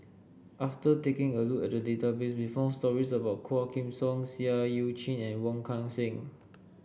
after taking a look at the database we found stories about Quah Kim Song Seah Eu Chin and Wong Kan Seng